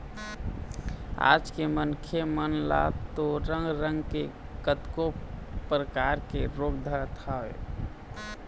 आज के मनखे मन ल तो रंग रंग के कतको परकार के रोग धरत हवय